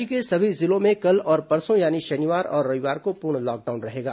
राज्य के सभी जिलों में कल और परसों यानी शनिवार और रविवार को पूर्ण लॉकडाउन रहेगा